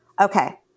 okay